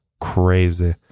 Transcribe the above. crazy